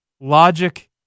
Logic